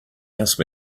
asked